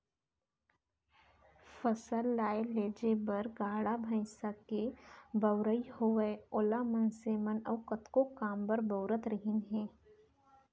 फसल लाए लेजे बर गाड़ा भईंसा के बउराई होवय ओला मनसे मन अउ कतको काम बर बउरत रहिन हें